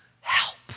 help